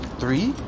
three